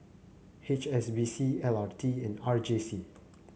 H S B C L R T and R J C